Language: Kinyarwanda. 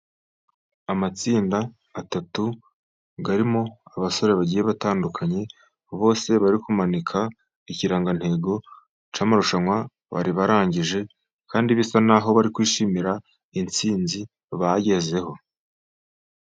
Amatsinda atatu arimo abasore bagiye batandukanye, bose bari kumanika ikirangantego cy'amarushanwa bari barangije, kandi bisa naho bari kwishimira intsinzi bagezeho.